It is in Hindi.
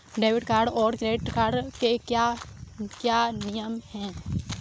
डेबिट कार्ड और क्रेडिट कार्ड के क्या क्या नियम हैं?